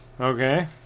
Okay